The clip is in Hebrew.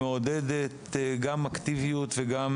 תוכנית הלימודים מעודדת גם אקטיביות וגם